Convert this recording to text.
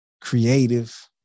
creative